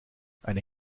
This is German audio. eine